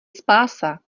spása